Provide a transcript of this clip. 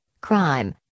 Crime